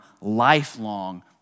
lifelong